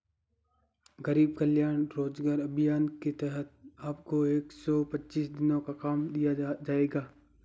गरीब कल्याण रोजगार अभियान के तहत आपको एक सौ पच्चीस दिनों का काम दिया जाएगा